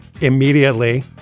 immediately